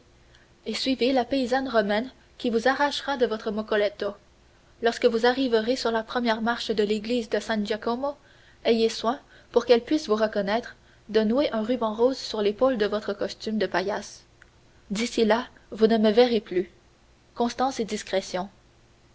et suivez la paysanne romaine qui vous arrachera votre moccoletto lorsque vous arriverez sur la première marche de l'église de san giacomo ayez soin pour qu'elle puisse vous reconnaître de nouer un ruban rose sur l'épaule de votre costume de paillasse d'ici là vous ne me verrez plus constance et discrétion